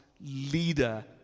leader